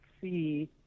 see